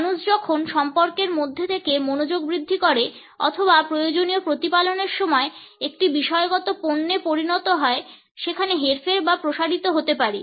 মানুষ যখন সম্পর্কের মধ্যে থেকে মনোযোগ বৃদ্ধি করে অথবা প্রয়োজনীয় প্রতিপালনের সময় একটি বিষয়গত পণ্যে পরিণত হয় সেখানে হেরফের বা প্রসারিত হতে পারে